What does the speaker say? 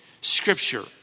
Scripture